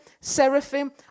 seraphim